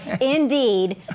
indeed